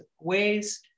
ways